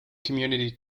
community